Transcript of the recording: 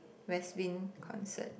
west win concert